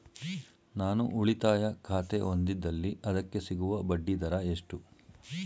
ನಾನು ಉಳಿತಾಯ ಖಾತೆ ಹೊಂದಿದ್ದಲ್ಲಿ ಅದಕ್ಕೆ ಸಿಗುವ ಬಡ್ಡಿ ದರ ಎಷ್ಟು?